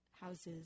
houses